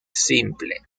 simple